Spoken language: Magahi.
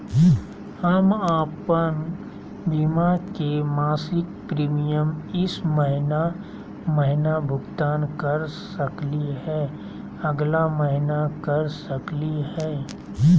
हम अप्पन बीमा के मासिक प्रीमियम ई महीना महिना भुगतान कर सकली हे, अगला महीना कर सकली हई?